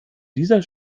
dieser